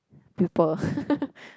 pupil